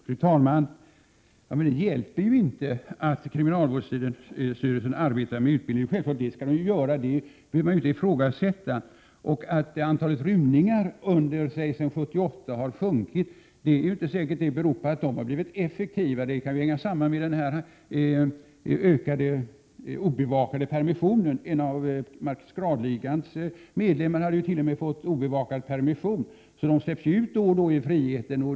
Fru talman! Det hjälper inte att kriminalvårdsstyrelsen arbetar med utbildning. Men självfallet skall den göra det; det behöver man inte ifrågasätta. Att antalet rymningar har minskat sedan 1978 behöver inte bero på att personalen har blivit effektivare. Det kan i stället sammanhänga med det ökade antalet obevakade permissioner. T.o.m. en av maskeradligans medlemmar har fått obevakad permission. De intagnas släpps ju då och då ut i friheten.